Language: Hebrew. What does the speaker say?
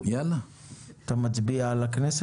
אתה מצביע על הכנסת?